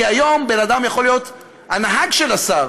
כי היום בן אדם לא יכול להיות הנהג של השר